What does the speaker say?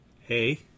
Hey